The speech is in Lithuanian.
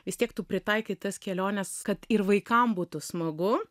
vis tiek tu pritaikai tas keliones kad ir vaikam būtų smagu